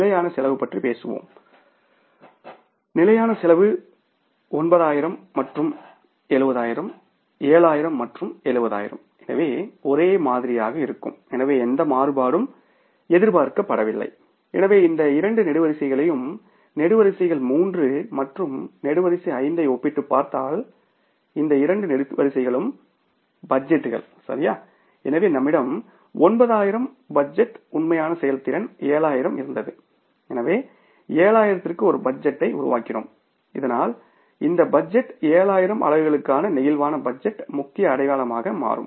நிலையான செலவு பற்றி பேசுவோம் நிலையான செலவு 9000 மற்றும் 70000 7000 மற்றும் 70000 என ஒரே மாதிரியாக இருக்கும் எனவே எந்த மாறுபாடும் எதிர்பார்க்கப்படவில்லை எனவே இந்த இரண்டு நெடுவரிசைகளையும் நெடுவரிசைகள் 3 மற்றும் நெடுவரிசை 5 ஐ ஒப்பிட்டுப் பார்த்தால் இந்த இரண்டு நெடுவரிசைகளும் பட்ஜெட்டுகள் சரி எனவே நம்மிடம் 9000 பட்ஜெட் உண்மையான செயல்திறன் 7000 இருந்தது எனவே 7000 க்கு ஒரு பட்ஜெட்டை உருவாக்கினோம் இதனால் இந்த பட்ஜெட் 7000 அலகுகளுக்கான பிளேக்சிபிள் பட்ஜெட் முக்கிய அடையாளமாக மாறும்